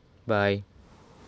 bye